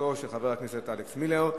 בראשותו של חבר הכנסת אלכס מילר.